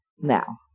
now